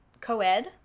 co-ed